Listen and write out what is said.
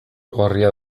gorria